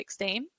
2016